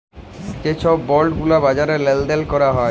যে ছব বল্ড গুলা বাজারে লেল দেল ক্যরা হ্যয়